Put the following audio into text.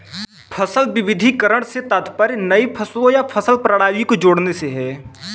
फसल विविधीकरण से तात्पर्य नई फसलों या फसल प्रणाली को जोड़ने से है